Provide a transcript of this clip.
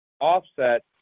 offset